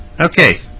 Okay